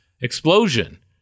explosion